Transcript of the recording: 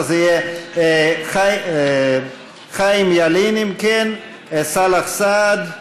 אז זה יהיה חיים ילין, אם כן, סאלח סעד,